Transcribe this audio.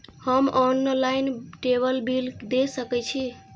हम online table bill दे सके छी?